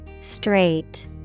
Straight